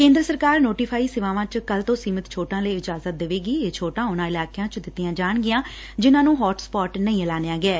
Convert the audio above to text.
ਕੇਂਦਰ ਸਰਕਾਰ ਨੋਟੀਫਾਈ ਸੇਵਾਵਾਂ 'ਚ ਕੱਲ ਤੋਂ ਸੀਮਿਤ ਛੋਟਾਂ ਲਈ ਇਜਾਜਤ ਦੇਵੇਗੀ ਇਹ ਛੋਟਾਂ ਉਨਾਂ ਇਲਾਕਿਆਂ 'ਚ ਦਿੱਤੀਆਂ ਜਾਣਗੀਆਂ ਜਿਨੁਾਂ ਨੂੰ ਹੋਟਸਪੋਟ ਨਹੀ ਐਲਾਨਿਆ ਗਿਐ